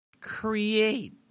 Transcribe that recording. create